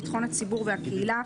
ביטחון הציבור והקהילה,